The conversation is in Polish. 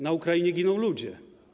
Na Ukrainie giną ludzie.